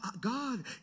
god